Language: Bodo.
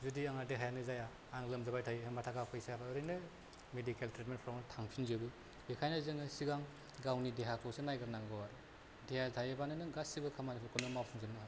जुदि आंना देहायानो जाया आं लोमाजाबाय थायो होमबा थाखा फैसाफ्रा ओरैनो मेदिकेल ट्रिटमेन्टफ्रावनो थांफिनजोबो बेखायनो जोङो सिगां गावनि देहाखौसो नायग्रोनांगौ आरो देहाया थायोबानो नों गासिबो खामानिफोरखौनो मावफुंजोबनो हागोन